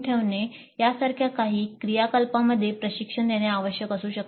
ठेवणे यासारख्या काही क्रियाकलापांमध्ये प्रशिक्षण देणे आवश्यक असू शकते